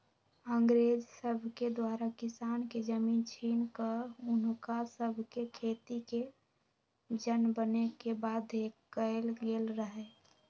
अंग्रेज सभके द्वारा किसान के जमीन छीन कऽ हुनका सभके खेतिके जन बने के बाध्य कएल गेल रहै